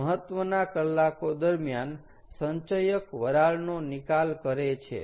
તો મહત્વના કલાકો દરમ્યાન સંચયક વરાળનો નિકાલ કરે છે